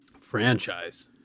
franchise